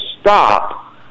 stop